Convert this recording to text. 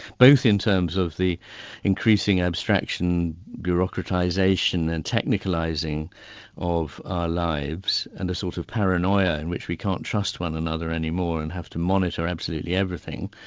both in terms of the increasing abstraction bureaucratisation and technicalising of our lives and the sort of paranoia in which we can't trust one another anymore and have to monitor absolutely everything,